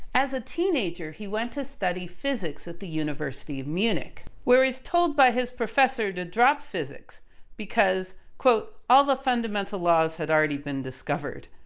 as a teenager he went to study physics at the university of munich where he's told by his professor to drop physics because all the fundamental laws had already been discovered.